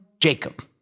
Jacob